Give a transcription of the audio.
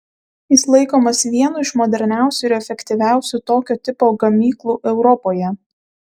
jis laikomas vienu iš moderniausių ir efektyviausių tokio tipo gamyklų europoje